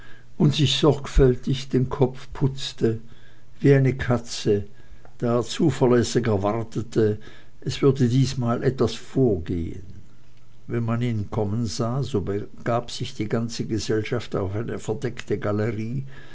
und sich sorgfältig den kopf putzte wie eine katze da er zuverlässig erwartete es würde diesmal etwas vorgehen wenn man ihn kommen sah so begab sich die ganze gesellschaft auf eine verdeckte galerie